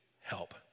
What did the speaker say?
help